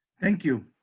thank you,